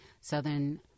Southern